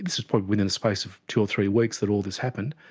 this within the space of two or three weeks at all this happened,